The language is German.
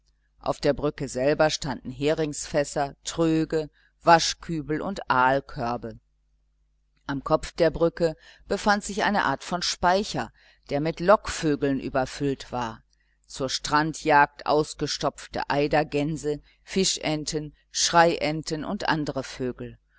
auf der brücke selber standen heringsfässer tröge waschkübel und aalkörbe am kopf der brücke befand sich eine art von speicher der mit lockvögeln überfüllt war zur strandjagd ausgestopfte eidergänse fischenten schreienten und andere vögel